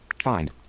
fine